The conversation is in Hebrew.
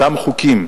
אותם חוקים